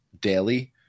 daily